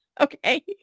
Okay